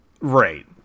Right